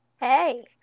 Hey